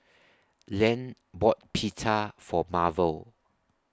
Len bought Pita For Marvel